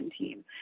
team